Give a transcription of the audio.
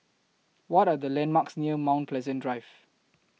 What Are The landmarks near Mount Pleasant Drive